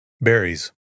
Berries